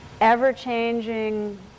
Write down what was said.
ever-changing